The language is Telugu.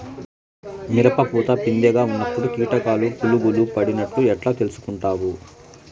మిరప పూత పిందె గా ఉన్నప్పుడు కీటకాలు పులుగులు పడినట్లు ఎట్లా తెలుసుకుంటావు?